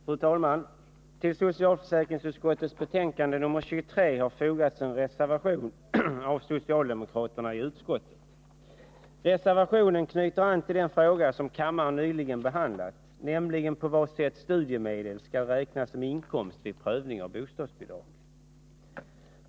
Fru talman! Till socialförsäkringsutskottets betänkande nr 23 har fogats en reservation av socialdemokraterna i utskottet. Reservationen knyter an till den fråga som kammaren nyligen behandlat, nämligen på vad sätt studiemedel skall räknas som inkomst vid prövning av bostadsbidrag.